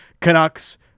Canucks